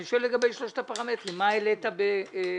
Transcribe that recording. אני שואל לגבי שלושת הפרמטרים, מה העלית בבדיקתך?